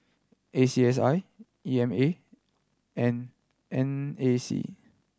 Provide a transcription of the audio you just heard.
A C S I E M A and N A C